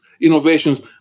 innovations